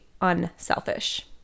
unselfish